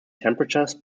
temperatures